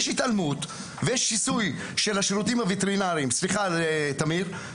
יש התעלמות ויש שיסוי של השירותים הווטרינריים בנו,